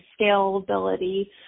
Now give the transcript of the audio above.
scalability